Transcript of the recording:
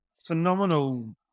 phenomenal